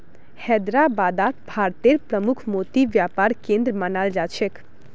हैदराबादक भारतेर प्रमुख मोती व्यापार केंद्र मानाल जा छेक